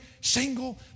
single